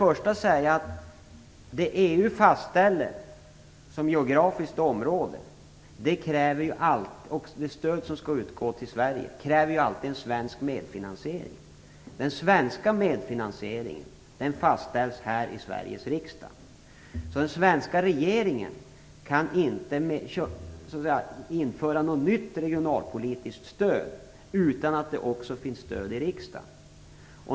För att ett geografiskt område i Sverige skall få del av EU:s stöd krävs alltid en svensk medfinansiering. Den svenska medfinansieringen fastställs här i Sveriges riksdag. Den svenska regeringen kan alltså inte införa något nytt regionalpolitiskt stöd utan att det också finns stöd för det i riksdagen.